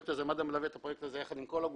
מד"א מלווה את הפרויקט הזה יחד עם כל הגופים,